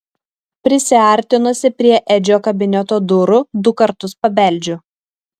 prisiartinusi prie edžio kabineto durų du kartus pabeldžiu